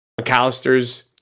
McAllister's